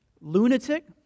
lunatic